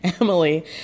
Emily